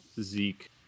Zeke